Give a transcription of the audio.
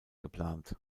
geplant